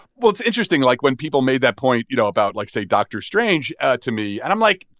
well, it's interesting. like, when people made that point, you know, about, like, say doctor strange to me, and i'm, like,